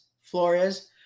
Flores